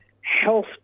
health